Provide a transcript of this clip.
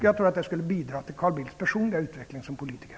Jag tror att det skulle bidra till Carl Bildts personliga utveckling som politiker.